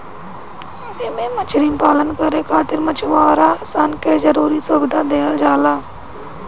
एमे मछरी पालन करे खातिर मछुआरा सन के जरुरी सुविधा देहल जाला